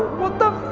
what the